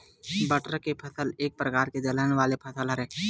बटरा के फसल एक परकार के दलहन वाले फसल हरय